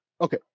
Okay